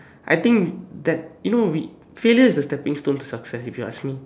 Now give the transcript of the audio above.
I think that you know we failure is the stepping stone success if you ask me